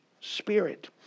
spirit